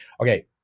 Okay